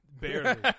Barely